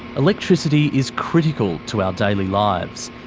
electricity is critical to our daily lives.